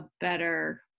better